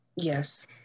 Yes